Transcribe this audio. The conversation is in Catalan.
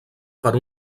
per